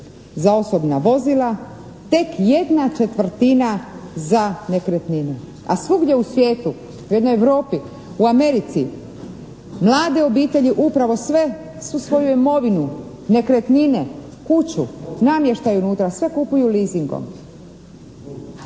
za osobna vozila, tek jedna četvrtina za nekretnine. A u svugdje u svijetu, u jednoj Europi, u Americi mlade obitelji upravo su sve, su svoju imovinu, nekretnine, kuću, namještaj unutra sve kupuju leasingom.